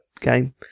game